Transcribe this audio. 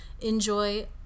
enjoy